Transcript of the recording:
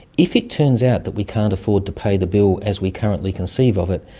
if it turns out that we can't afford to pay the bill as we currently conceive of it,